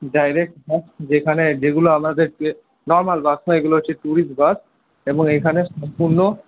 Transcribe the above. direct bus যেখানে যেগুলো আমাদের নর্মাল বাস নয় এগুলো হচ্ছে ট্যুরিস্ট বাস এবং এখানে সম্পূর্ণ